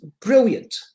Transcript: brilliant